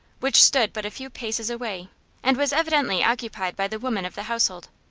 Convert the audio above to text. which stood but a few paces away and was evidently occupied by the women of the household.